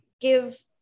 give